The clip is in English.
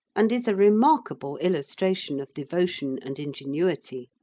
and is a remarkable illustration of devotion and ingenuity.